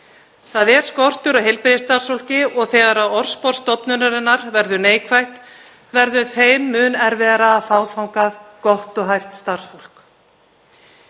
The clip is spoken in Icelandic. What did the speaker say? Það er skortur á heilbrigðisstarfsfólki og þegar orðspor stofnunarinnar verður neikvætt verður þeim mun erfiðara að fá þangað gott og hæft starfsfólk.